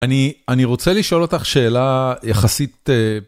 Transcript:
אני, אני רוצה לשאול אותך שאלה יחסית...